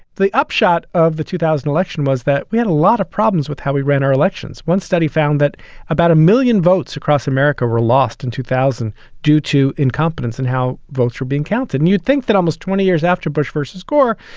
the upshot of the two thousand election was that we had a lot of problems with how we ran our elections. one study found that about a million votes across america were lost in two thousand due to incompetence in how votes were being counted. and you'd think that almost twenty years after bush versus gore,